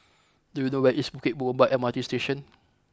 do you know where is Bukit Gombak M R T Station